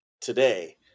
today